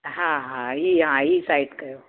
हा हा इहा ई हा इहा ई साइड कयो